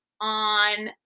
on